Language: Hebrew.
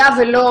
היה שלא,